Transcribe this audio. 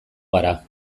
gara